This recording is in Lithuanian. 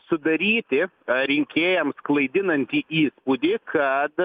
sudaryti rinkėjams klaidinantį įspūdį kad